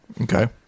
Okay